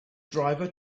driver